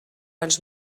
ens